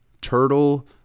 Turtle